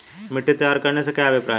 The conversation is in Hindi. मिट्टी तैयार करने से क्या अभिप्राय है?